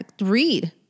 Read